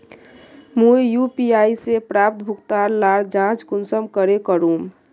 मुई यु.पी.आई से प्राप्त भुगतान लार जाँच कुंसम करे करूम?